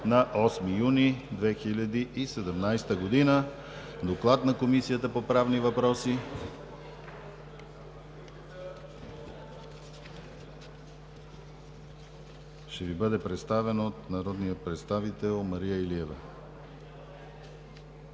на 8 юни 2017 г. Докладът на Комисията по правни въпроси ще Ви бъде представен от народния представител Мария Илиева.